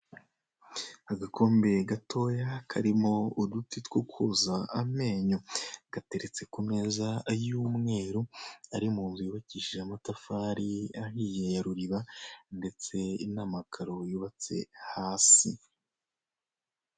Agakombe gatoya karimo uduti two koza amenyo, gateretse ku meza y'umweru ari mu nzu yubakishije amatafari ari munzu yubakishije amatafari ahiye ya ruriba, ndetse n'amakaro yubatse hasi.